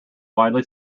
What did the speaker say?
widely